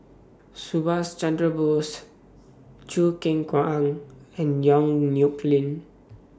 Subhas Chandra Bose Choo Keng Kwang and Yong Nyuk Lin